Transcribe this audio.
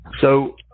So-